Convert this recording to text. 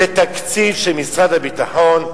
זה תקציב של משרד הביטחון,